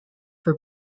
for